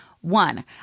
One